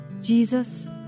Jesus